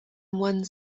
one